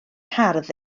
hardd